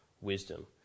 wisdom